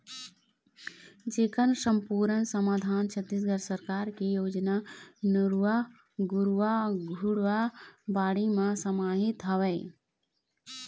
जेखर समपुरन समाधान छत्तीसगढ़ सरकार के योजना नरूवा, गरूवा, घुरूवा, बाड़ी म समाहित हवय